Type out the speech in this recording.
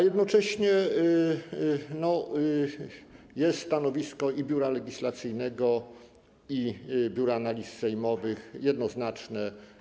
Jednocześnie stanowisko i Biura Legislacyjnego, i Biura Analiz Sejmowych jest jednoznaczne.